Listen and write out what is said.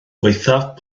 gwaethaf